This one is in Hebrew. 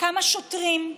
כמה שוטרים?